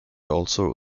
also